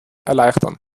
erleichtern